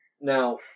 Now